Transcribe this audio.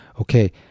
okay